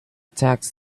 tax